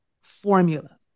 formula